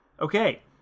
okay